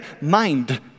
mind